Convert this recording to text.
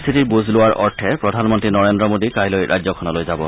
পৰিস্থিতিৰ বুজ লোৱাৰ অৰ্থে প্ৰধানমন্ত্ৰী নৰেন্দ্ৰ মোডী কাইলৈ ৰাজ্যখনলৈ যাব